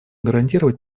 гарантировать